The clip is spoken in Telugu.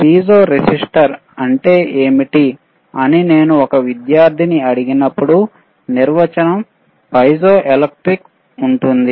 పిజో రెసిస్టర్ అంటే ఏమిటి అని నేను ఒక విద్యార్థిని అడిగినప్పుడు నిర్వచనం పైజోఎలెక్ట్రిక్ చెప్తున్నారు